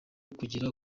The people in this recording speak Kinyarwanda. kugera